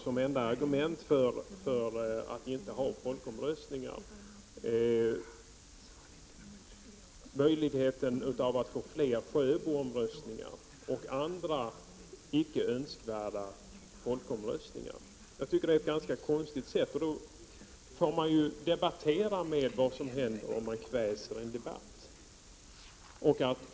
Som enda argument för att inte ha folkomröstningar tar vpk fram risken att få fler Sjöboomröstningar och andra icke önskvärda folkomröstningar. Jag tycker att det är ett ganska konstigt sätt att föra debatten. Då får man ju debattera vad som händer om man kväser en debatt.